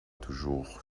toujours